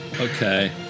okay